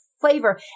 flavor